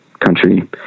country